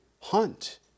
hunt